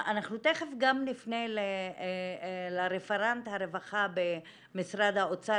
אנחנו תיכף גם נפנה לרפרנט הרווחה במשרד האוצר,